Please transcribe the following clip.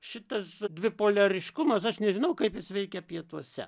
šitas dvipoliariškumas aš nežinau kaip jis veikia pietuose